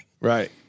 right